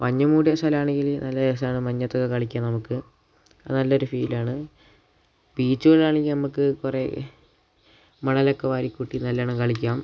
മഞ്ഞുമൂടിയ സ്ഥലമാണെങ്കിൽ നല്ല രസമാണ് മഞ്ഞത്തൊക്കെ കളിക്കാം നമുക്ക് അത് നല്ല ഒരു ഫീൽ ആണ് ബീച്ചുകളാണെങ്കിൽ നമ്മൾക്ക് കുറേ മണലൊക്കെ വാരിക്കൂട്ടി നല്ലോണം കളിക്കാം